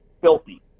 filthy